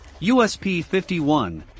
USP51